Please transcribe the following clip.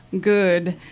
good